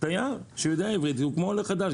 תייר שהוא יודע עברית הוא כמו עולה חדש,